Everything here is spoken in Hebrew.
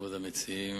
שלא רק שהוא גדול בתורה,